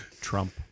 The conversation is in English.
Trump